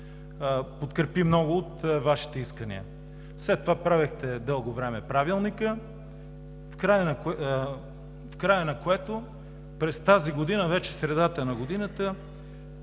подкрепи много от Вашите искания. След това правихте дълго време Правилника, в края на което през тази година – вече е средата на годината,